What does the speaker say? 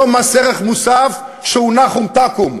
לא מס ערך מוסף שהוא "נחום תקום",